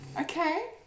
Okay